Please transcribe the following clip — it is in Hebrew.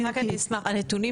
הנתונים